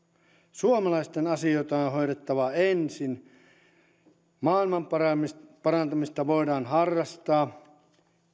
suomalaisten asioita on on hoidettava ensin ja maailmanparantamista voidaan harrastaa